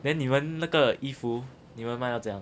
then 你们那个衣服你们卖到怎样